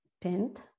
tenth